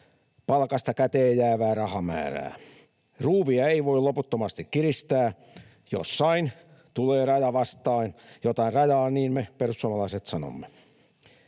palkasta käteen jäävää rahamäärää. Ruuvia ei voi loputtomasti kiristää, jossain tulee raja vastaan. Jotain rajaa, niin me perussuomalaiset sanomme.